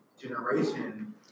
generation